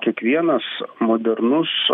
kiekvienas modernus